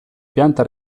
pianta